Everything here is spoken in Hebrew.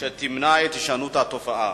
שתמנע את הישנות התופעה?